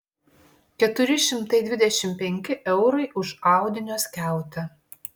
keturi šimtai dvidešimt penki eurai už audinio skiautę